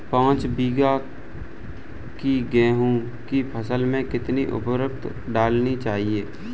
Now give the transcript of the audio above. पाँच बीघा की गेहूँ की फसल में कितनी उर्वरक डालनी चाहिए?